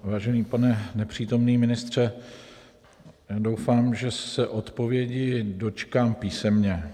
Vážený pane nepřítomný ministře, doufám, že se odpovědi dočkám písemně.